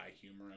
humor